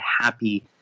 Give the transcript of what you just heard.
happy